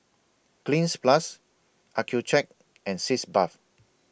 Cleanz Plus Accucheck and Sitz Bath